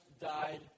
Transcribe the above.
died